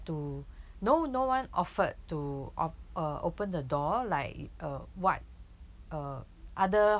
to no no one offered to op~ uh open the door like uh what uh other